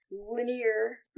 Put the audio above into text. linear